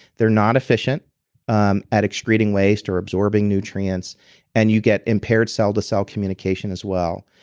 they are not efficient um at excreting waste or absorbing nutrients and you get impaired cellto-cell communication as well.